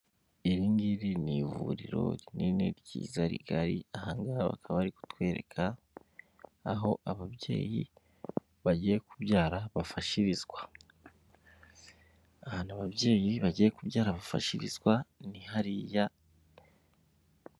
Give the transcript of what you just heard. Iri ngiri ni ivuriro rinini ryiza rigari, aha ngaha bakaba bari kutwereka aho ababyeyi bagiye kubyara bafashirizwa. Ahantu ababyeyi bagiye kubyara bafashirizwa ni hariya.